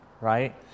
right